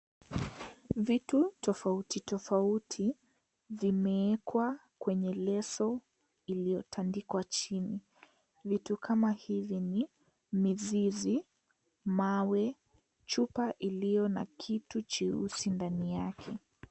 Vitu tofauti tofauti zimeekwa kwenye leso iliyotandikwa chini. Vitu kama hizi ni mizizi, mawe, chupa iliyo na kitu cheusi ndani yake.